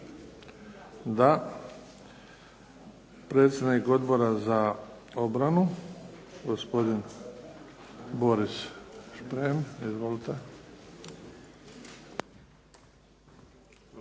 Da. Predsjednik Odbora za obranu, gospodin Boris Šprem. Izvolite.